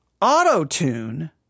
Auto-tune